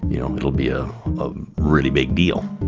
you know, um it'll be a really big deal.